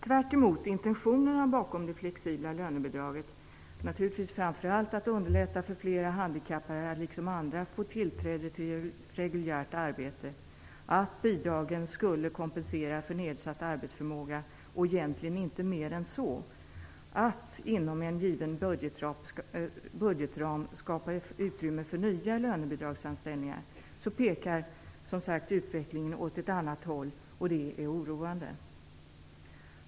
Tvärtemot intentionerna bakom det flexibla lönebidraget - det gällde naturligtvis framför allt att underlätta för fler handikappade att liksom andra få tillträde till reguljärt arbete, att bidragen skulle kompensera för nedsatt arbetsförmåga och egentligen inte mer än så och att inom en given budgetram skapa utrymme för nya lönebidragsanställningar - pekar, som sagt, utvecklingen åt ett annat håll. Detta är oroande.